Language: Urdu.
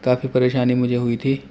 کافی پریشانی مجھے ہوئی تھی